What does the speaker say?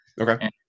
Okay